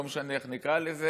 לא משנה איך נקרא לזה,